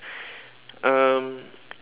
um